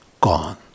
gone